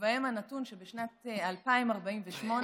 ובהם הנתון שבשנת 2048,